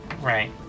Right